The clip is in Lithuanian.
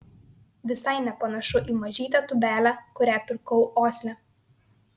visai nepanašu į mažytę tūbelę kurią pirkau osle